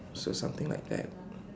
so something like that